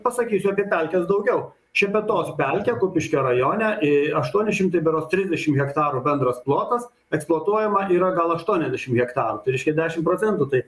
pasakysiu apie pelkes daugiau šepetos pelkė kupiškio rajone į aštuoni šimtai berods trisdešimt hektarų bendras plotas eksploatuojama yra gal aštuoniasdešim hektarų tai reiškia dešimt procentų tai